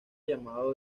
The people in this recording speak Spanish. llamado